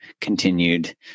continued